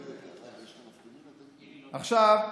עכשיו,